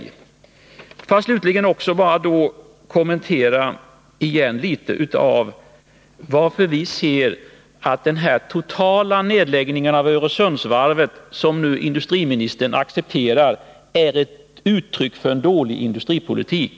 Jag vill slutligen ge en kommentar till varför vi anser att den totala Nr 18 nedläggning av Öresundsvarvet som industriministern nu accepterar är ett Torsdagen den uttryck för dålig industripolitik.